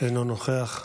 אינו נוכח.